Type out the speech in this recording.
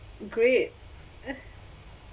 great